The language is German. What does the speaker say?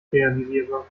realisierbar